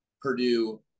Purdue